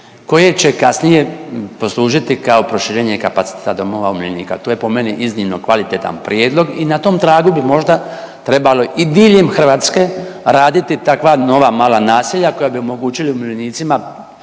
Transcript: koje će kasnije poslužiti kao proširenje kapaciteta domova umirovljenika. To je po meni iznimno kvalitetan prijedlog i na tom tragu bi možda trebali i diljem Hrvatske raditi takva nova mala naselja koja bi omogućila umirovljenicima